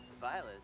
Violet